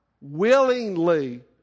willingly